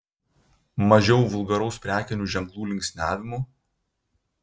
mažiau vulgaraus prekinių ženklų linksniavimo